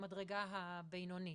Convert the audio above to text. במדרגה הבינונית.